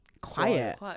quiet